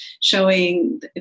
showing